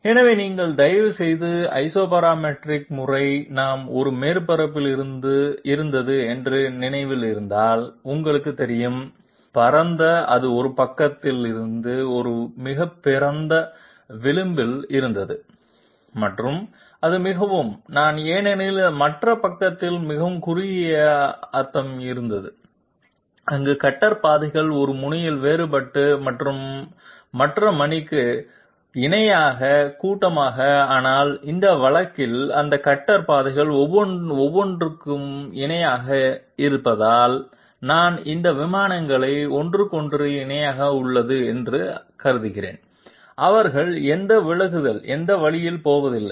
எனவே நீங்கள் தயவுசெய்து ஐசோபராமெட்ரிக் முறை நாம் ஒரு மேற்பரப்பில் இருந்தது என்று நினைவில் இருந்தால் உங்களுக்கு தெரியும் பரந்த அது ஒரு பக்கத்தில் ஒரு மிக பரந்த விளிம்பில் இருந்தது மற்றும் அது மிகவும் நான் ஏனெனில் மற்ற பக்கத்தில் மிகவும் குறுகிய அர்த்தம் இருந்தது அங்கு கட்டர் பாதைகள் ஒரு முனையில் வேறுபட்டு மற்றும் மற்ற மணிக்கு clustered ஆனால் இந்த வழக்கில் இந்த கட்டர் பாதைகள் ஒருவருக்கொருவர் இணையாக என்பதால் நான் இந்த விமானங்கள் ஒருவருக்கொருவர் இணையாக உள்ளன என்று அர்த்தம் அவர்கள் எந்த விலகுதல் அந்த வழியில் போவதில்லை